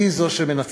היא זו שמנצחת,